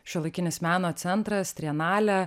šiuolaikinis meno centras trienalė